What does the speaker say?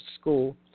school